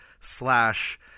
Slash